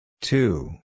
Two